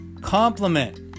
Compliment